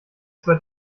zwei